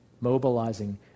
mobilizing